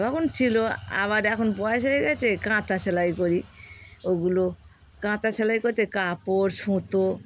তখন ছিলো আবার এখন বয়স হয়ে গেছে কাঁথা সেলাই করি ওগুলো কাঁথা সেলাই করতে কাপড় সুতো